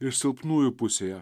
ir silpnųjų pusėje